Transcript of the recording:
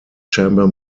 chamber